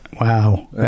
wow